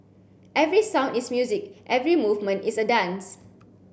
every sound is music every movement is a dance